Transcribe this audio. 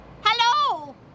Hello